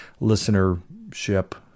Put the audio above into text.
listenership